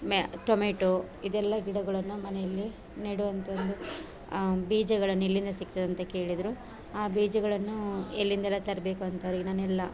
ಮ್ಯಾ ಟೊಮೇಟೊ ಇದೆಲ್ಲ ಗಿಡಗಳನ್ನು ಮನೆಯಲ್ಲಿ ನೆಡುವಂತೊಂದು ಆ ಬೀಜಗಳನ್ನು ಎಲ್ಲಿಂದ ಸಿಗ್ತದಂತ ಕೇಳಿದರು ಆ ಬೀಜಗಳನ್ನೂ ಎಲ್ಲಿಂದೆಲ್ಲ ತರಬೇಕು ಅಂತ ಅವರಿಗೆ ನಾನು ಎಲ್ಲ